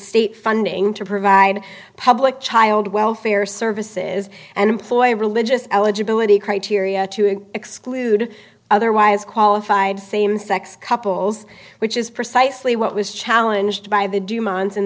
state funding to provide public child welfare services and employ religious eligibility criteria to exclude otherwise qualified same sex couples which is precisely what was challenged by the